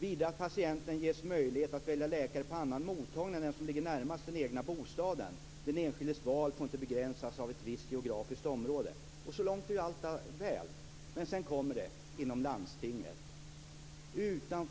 Vidare skall patienten ges möjlighet att välja läkare på annan mottagning än den som ligger närmast den egna bostaden. Den enskildes val får inte begränsas av ett visst geografiskt område. Så långt är ju allt väl, men sedan kommer det: inom landstinget.